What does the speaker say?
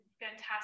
Fantastic